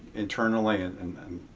internally and and